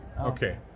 Okay